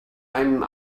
einen